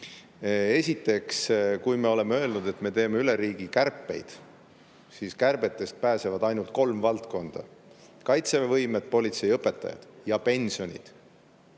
kirja. Esiteks, kui me oleme öelnud, et me teeme üle riigi kärpeid, siis kärbetest pääsevad ainult kolm valdkonda – kaitseväevõimed, politsei-õpetajad ja pensionid.